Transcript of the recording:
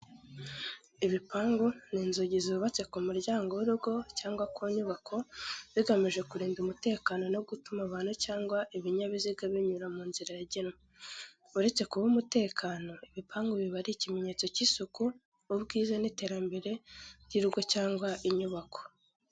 Ibipangu ni inzugi zubatse ku muryango w’urugo cyangwa ku nyubako, zigamije kurinda umutekano no gutuma abantu cyangwa ibinyabiziga binyura mu nzira yagenwe. Uretse kuba umutekano, ibipangu biba ari ikimenyetso cy’isuku, ubwiza n’iterambere ry’urugo cyangwa inyubako.